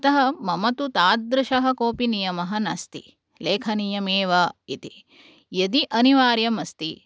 अतः मम तु तादृशः कोऽपि नियमः नास्ति लेखनीयमेव इति यदि अनिवार्यम् अस्ति